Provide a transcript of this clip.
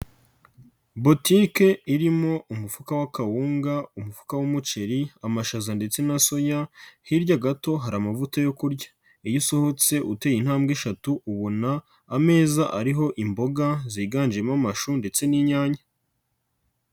Botike irimo umufuka w'akawunga, umufuka w'umuceri, amashaza ndetse na soya, hirya gato hari amavuta yo kurya iyo usohotse uteye intambwe eshatu ubona ameza ariho imboga ziganjemo amashu ndetse n'inyanya.